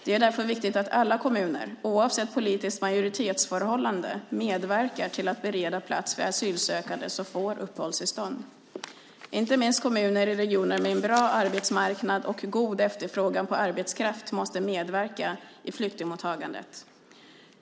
Det är därför viktigt att alla kommuner, oavsett politiskt majoritetsförhållande, medverkar till att bereda plats för asylsökande som får uppehållstillstånd. Inte minst kommuner i regioner med en bra arbetsmarknad och god efterfrågan på arbetskraft måste medverka i flyktingmottagandet.